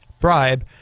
bribe